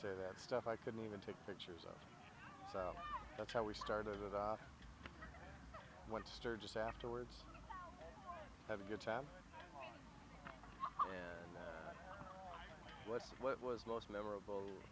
say that stuff i couldn't even take there so that's how we started with i went to sturgis afterwards have a good time and what's what was most memorable